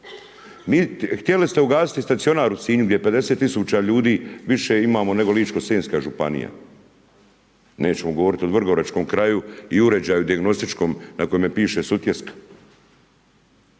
to? Htjeli ste ugasit i stacionar u Sinju gdje 50 tisuća ljudi više imamo nego Ličko-senjska županija. Nećemo govoriti o Vrgoračkom kraju i uređaju dijagnostičkom na kojemu piše Sutjeska.